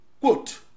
quote